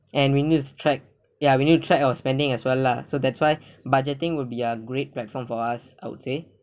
and we needs to track ya we need to track our spending as well lah so that's why budgeting would be a great platform for us I would say